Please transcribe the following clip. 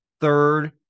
Third